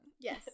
Yes